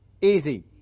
easy